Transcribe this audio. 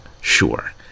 sure